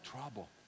trouble